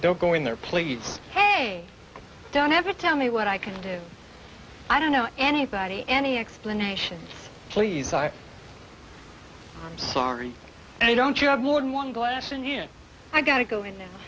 don't go in there please hey don't ever tell me what i can do i don't know anybody any explanations please i'm sorry i don't you're more than one glass and here i gotta go in